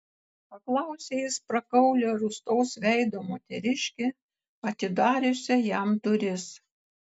paklausė jis prakaulią rūstaus veido moteriškę atidariusią jam duris